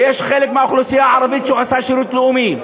וחלק מהאוכלוסייה הערבית עושה שירות לאומי.